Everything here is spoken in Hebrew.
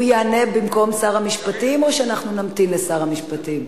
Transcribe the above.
הוא יענה במקום שר המשפטים או שאנחנו נמתין לשר המשפטים?